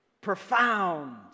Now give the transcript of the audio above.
profound